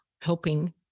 helping